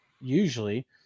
usually